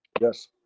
Yes